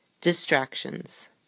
distractions